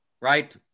right